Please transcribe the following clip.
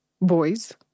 Boys